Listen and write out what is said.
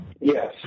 Yes